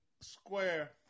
square